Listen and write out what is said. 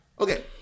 Okay